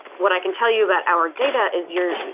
what i can tell you about our data is you're.